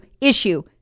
issue